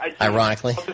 Ironically